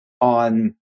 on